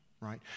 right